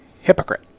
Hypocrite